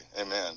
amen